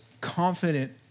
confident